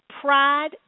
pride